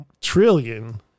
trillion